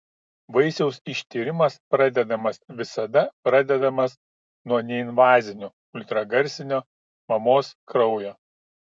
vaisiaus ištyrimas pradedamas visada pradedamas nuo neinvazinių ultragarsinio mamos kraujo